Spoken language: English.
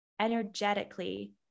energetically